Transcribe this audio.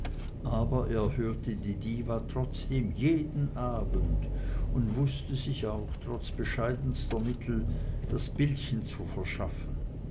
aber er hörte die diva trotzdem jeden abend und wußte sich auch trotz bescheidenster mittel das bildchen zu verschaffen